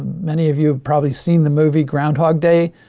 many of you have probably seen the movie groundhog day,